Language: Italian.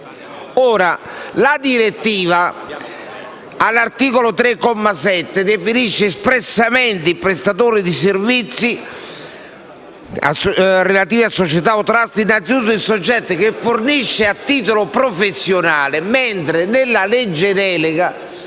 La direttiva, all'articolo 3, comma 7, definisce espressamente il prestatore di servizi relativi a società o *trust* il soggetto che fornisce a titolo professionale, mentre nella legge delega